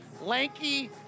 lanky